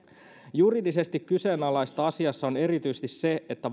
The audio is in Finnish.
juridisesti kyseenalaista asiassa on erityisesti se että